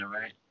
right